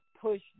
push